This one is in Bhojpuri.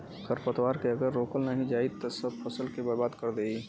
खरपतवार के अगर रोकल नाही जाई सब फसल के बर्बाद कर देई